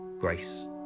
Grace